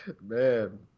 Man